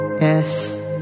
Yes